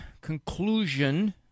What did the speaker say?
conclusion